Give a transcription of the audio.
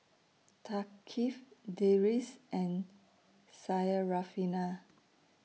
Thaqif Deris and Syarafina